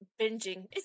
binging